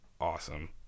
awesome